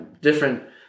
different